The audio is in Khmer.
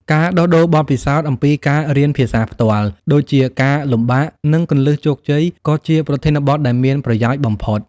ការដោះដូរបទពិសោធន៍អំពីការរៀនភាសាផ្ទាល់ ដូចជាការលំបាក និងគន្លឹះជោគជ័យ ក៏ជាប្រធានបទដែលមានប្រយោជន៍បំផុត។